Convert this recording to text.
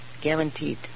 guaranteed